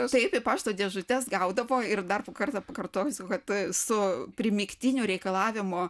taip į pašto dėžutes gaudavo ir dar kartą pakartosiu kad su primygtiniu reikalavimu